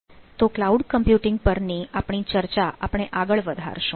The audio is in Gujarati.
તો ક્લાઉડ કમ્પ્યુટિંગ પર ની આપણી ચર્ચા આપણે આગળ વધારશું